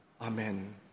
Amen